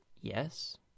yes